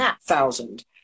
thousand